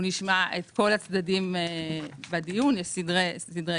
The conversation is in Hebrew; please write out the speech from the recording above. נשמע את כל הצדדים בדיון, יש סדר-היום.